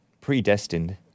Predestined